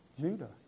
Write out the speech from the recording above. Judah